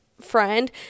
friend